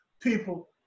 people